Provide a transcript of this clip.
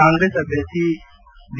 ಕಾಂಗ್ರೆಸ್ ಅಭ್ಯರ್ಥಿ ಬಿ